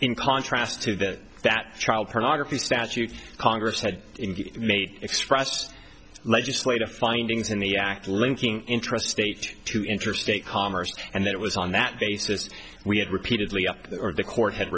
in contrast to that that child pornography statute congress had made expressed legislative findings in the act linking intrastate to interstate commerce and that it was on that basis we had repeatedly up to the court had